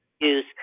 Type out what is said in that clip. use